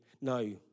no